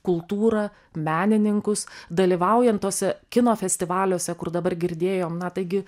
kultūrą menininkus dalyvaujant tuose kino festivaliuose kur dabar girdėjom na taigi